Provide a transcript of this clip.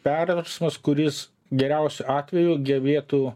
perversmas kuris geriausiu atveju gebėtų